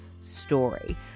story